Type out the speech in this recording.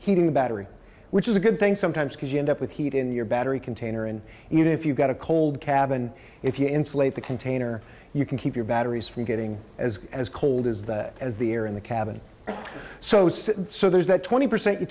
heating the battery which is a good thing sometimes because you end up with heat in your battery container and even if you've got a cold cabin if you insulate the container you can keep your batteries from getting as as cold as the as the air in the cabin so so there's that twenty percent you